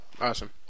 awesome